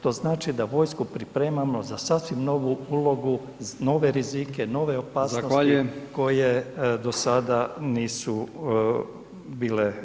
To znači da vojsku pripremamo za sasvim novu ulogu, nove rizike, nove opasnosti koje do sada nisu bile.